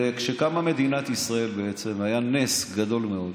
כשקמה מדינת ישראל היה נס גדול מאוד,